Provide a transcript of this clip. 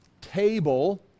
table